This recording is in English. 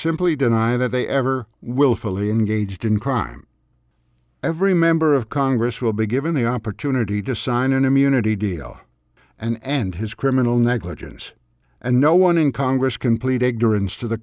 simply deny that they ever willfully engaged in crime every member of congress will be given the opportunity to sign an immunity deal and end his criminal negligence and no one in congress can plead ignorance to the